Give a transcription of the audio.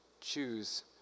choose